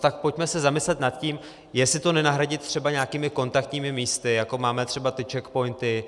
Tak pojďme se zamyslet nad tím, jestli to nenahradit třeba nějakými kontaktními místy, jako máme třeba ty czechpointy.